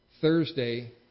Thursday